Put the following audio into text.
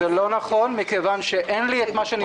זה לא נכון מכיוון שאין לי את מה שנדרש,